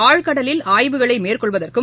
ஆழ்கடலில் ஆய்வுகளை மேற்கொள்வதற்கும்